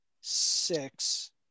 six